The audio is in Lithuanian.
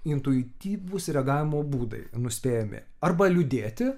intuityvūs reagavimo būdai nuspėjami arba liūdėti